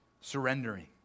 surrendering